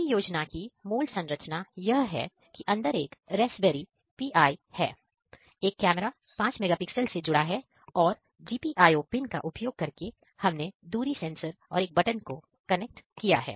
परियोजना की मूल संरचना यह है कि अंदर एक रास्पबेरी पाई है एक कैमरा 5 मेगापिक्सल से जुड़ा है और GPIO पिन का उपयोग करके हमने दूरी सेंसर और एक बटन कनेक्ट किया है